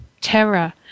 terror